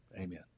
Amen